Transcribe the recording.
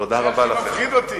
תודה רבה לכם.